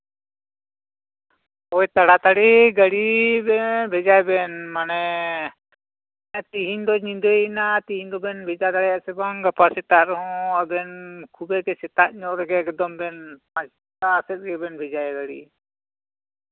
ᱦᱳᱭ ᱛᱟᱲᱟ ᱛᱟᱲᱤ ᱜᱟᱹᱰᱤ ᱵᱷᱮᱡᱟᱭ ᱵᱮᱱ ᱢᱟᱱᱮ ᱛᱮᱦᱤᱧ ᱫᱚ ᱧᱤᱫᱟᱭᱮᱱᱟ ᱛᱮᱦᱤᱧ ᱫᱚᱵᱮᱱ ᱵᱷᱮᱡᱟ ᱫᱟᱲᱮᱭᱟᱜᱼᱟ ᱥᱮ ᱵᱟᱝ ᱜᱟᱯᱟ ᱥᱮᱛᱟᱜ ᱨᱮᱦᱚᱸ ᱟᱵᱮᱱ ᱠᱷᱩᱵᱮ ᱜᱮ ᱥᱮᱛᱟᱜ ᱧᱚᱜ ᱨᱮᱜᱮ ᱵᱮᱱ ᱯᱟᱸᱪᱴᱟ ᱥᱮᱫ ᱜᱮᱵᱮᱱ ᱵᱷᱮᱡᱟᱭᱟ ᱜᱟᱹᱲᱤ